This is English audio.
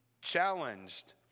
challenged